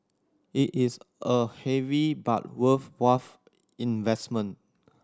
it is a heavy but worth investment